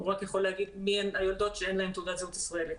הוא רק יכול לומר מי הן היולדות שאין להן תעודות זהות ישראלית.